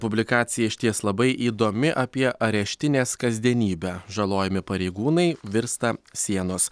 publikacija išties labai įdomi apie areštinės kasdienybę žalojami pareigūnai virsta sienos